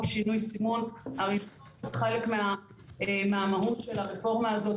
שינוי סימון אריזות הוא חלק מהמהות של הרפורמה הזאת,